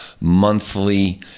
monthly